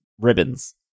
ribbons